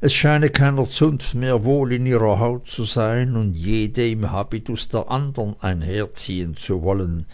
es scheine keiner zunft mehr wohl in ihrer haut zu sein und jede im habitus der andern einherziehen zu wollen